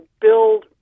build